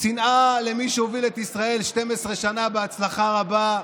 שנאה למי שהוביל את ישראל 12 שנה בהצלחה רבה,